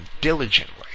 diligently